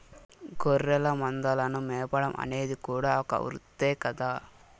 గొర్రెల మందలను మేపడం అనేది కూడా ఒక వృత్తే కదా